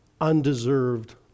undeserved